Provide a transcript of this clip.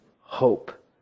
hope